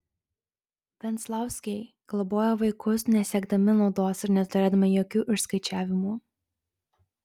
venclauskiai globojo vaikus nesiekdami naudos ir neturėdami jokių išskaičiavimų